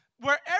Wherever